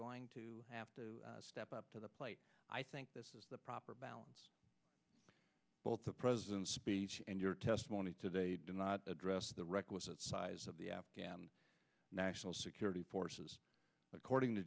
going to have to step up to the plate i think this is the proper balance both the president's speech and your testimony today do not address the requisite size of the afghan national security forces according to